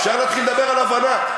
אפשר להתחיל לדבר על הבנה,